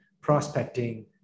prospecting